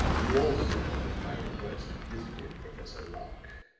you also, at my request, visited professor locke.